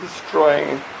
destroying